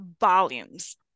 volumes